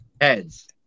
Heads